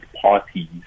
parties